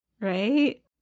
right